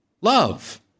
love